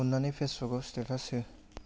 अन्नानै फेसबुकाव स्टेटास हो